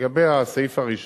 לגבי הסעיף הראשון,